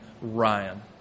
Ryan